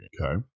Okay